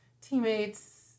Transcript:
teammates